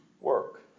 work